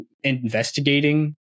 investigating